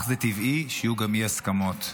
זה אך טבעי שיהיו גם אי-הסכמות.